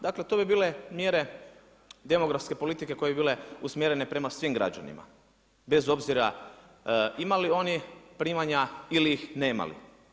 Dakle to bi bile mjere demografske politike koje bi bile usmjerene prema svim građanima bez obzira imali oni primanja ili ih nemali.